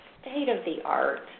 state-of-the-art